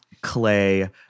clay